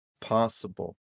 possible